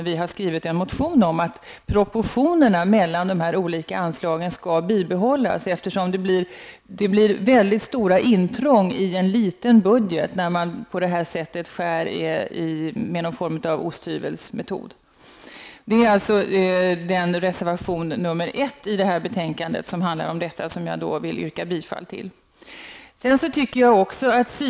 Vi har skrivit en motion om att proportionen mellan de olika anslagen skall bibehållas, eftersom det blir mycket stora intrång i en liten budget när man på det här sättet skär enligt något slags osthyvelsprincip. Det är reservation nr 1 i betänkandet som handlar om detta. Jag yrkar bifall till den.